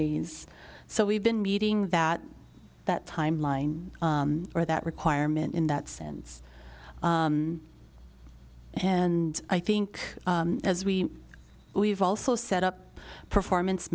days so we've been meeting that that timeline for that requirement in that sense and i think as we we've also set up performance